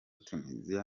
tuniziya